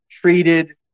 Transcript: treated